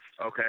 okay